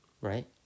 right